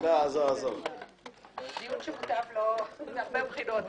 זה דיון שמוטב לא לפתוח, מהרבה בחינות.